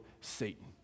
Satan